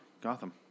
Gotham